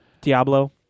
Diablo